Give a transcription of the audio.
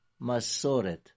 Masoret